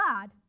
God